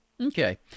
Okay